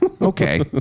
Okay